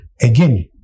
Again